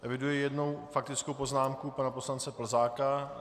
Eviduji jednu faktickou poznámku pana poslance Plzáka.